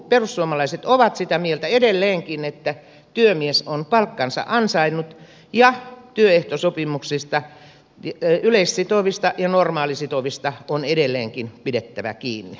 perussuomalaiset ovat sitä mieltä edelleenkin että työmies on palkkansa ansainnut ja työehtosopimuksista yleissitovista ja normaalisitovista on edelleenkin pidettävä kiinni